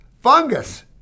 Fungus